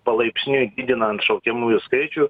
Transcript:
palaipsniui didinant šaukiamųjų skaičių